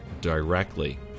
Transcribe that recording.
directly